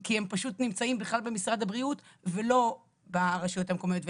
כי פשוט הם נמצאים בכלל במשרד הבריאות ולא ברשויות המקומיות.